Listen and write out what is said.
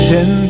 Ten